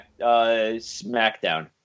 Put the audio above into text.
SmackDown